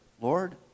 Lord